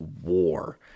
war